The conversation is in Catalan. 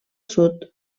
sud